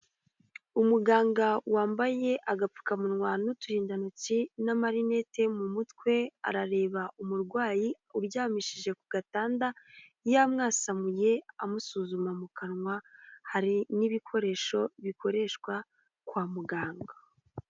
Umuganga wambaye agapfukamunwa n'uturindantoki n'amarinete mu mutwe, arareba umurwayi uryamishije ku gatanda, yamwasamuye amusuzuma mu kanwa, hari n'ibikoresho bikoreshwa kwa muganga.